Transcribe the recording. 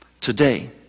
today